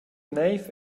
neiv